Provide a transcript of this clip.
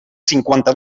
cinquanta